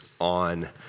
on